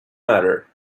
matter